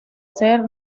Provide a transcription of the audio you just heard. ser